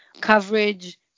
coverage